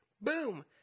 boom